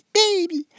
baby